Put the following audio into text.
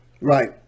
Right